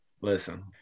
listen